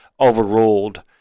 overruled